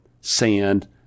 sand